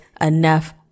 enough